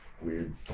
weird